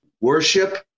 worship